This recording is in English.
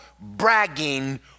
bragging